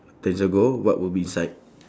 ten years ago what would be inside